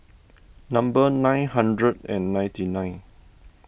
number nine hundred and ninety nine